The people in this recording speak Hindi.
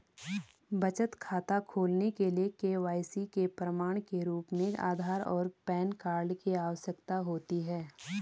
बचत खाता खोलने के लिए के.वाई.सी के प्रमाण के रूप में आधार और पैन कार्ड की आवश्यकता होती है